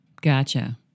Gotcha